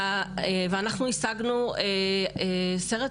אנחנו השגנו סרט